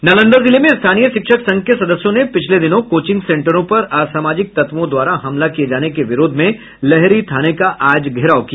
नालंदा जिले में स्थानीय शिक्षक संघ के सदस्यों ने पिछले दिनों कोचिंग सेंटरों पर असामाजिक तत्वों द्वारा हमला किये जाने के विरोध में लहेरी थाने का आज घेराव किया